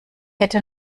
hätte